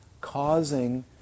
causing